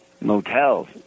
motels